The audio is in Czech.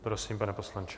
Prosím, pane poslanče.